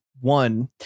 one